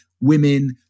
women